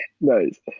Nice